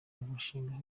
mushinga